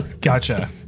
Gotcha